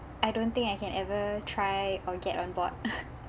I don't think I can ever try or get on board